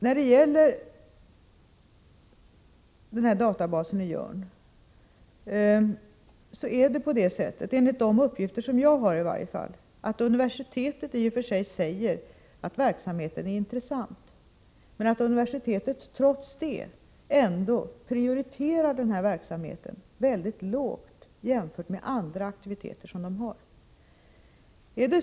När det gäller databasen i Jörn anser universitetet enligt de uppgifter jag har fått att denna verksamhet i och för sig är intressant men att man trots det ändå prioriterar den mycket lågt jämfört med andra aktiviteter som man bedriver.